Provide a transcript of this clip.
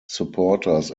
supporters